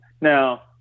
Now